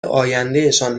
آیندهشان